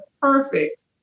perfect